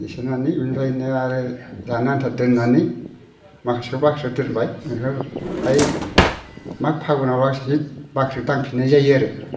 थिसननानै बिनिफ्राय आरो जानो आनथा दोननानै माखासेखौ बाख्रियाव दोनबाय बिनिफ्राय हाय माग फागुनाव लासै बाख्रियाव दांफिननाय जायो आरो